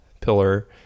pillar